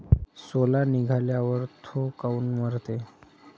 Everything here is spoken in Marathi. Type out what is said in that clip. सोला निघाल्यावर थो काऊन मरते?